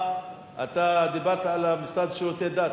אני רק אומר לך, אתה דיברת על המשרד לשירותי דת.